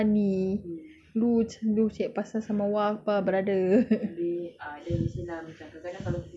it's not funny sia you not funny lu lu cari pasal sama wa brother